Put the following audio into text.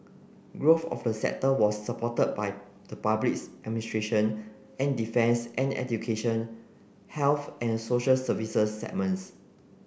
growth of the sector was supported by the public administration and defence and education health and social services segments